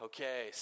Okay